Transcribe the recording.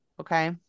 Okay